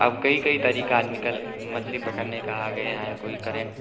अब कई कई तरीका निकल मछली पकड़ने का आ गया है कोई करेंट